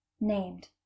named